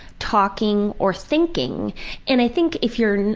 talking, or thinking and i think if you're. and